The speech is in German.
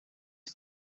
die